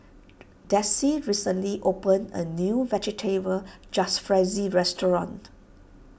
Dessie recently opened a new Vegetable Jalfrezi restaurant